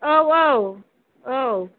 औ औ औ